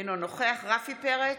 אינו נוכח רפי פרץ,